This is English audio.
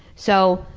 so,